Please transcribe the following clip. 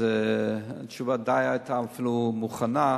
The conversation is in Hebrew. אז התשובה היתה אפילו די מוכנה,